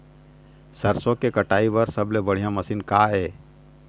सरसों के कटाई बर सबले बढ़िया मशीन का ये?